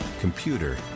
computer